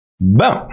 Boom